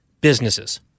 businesses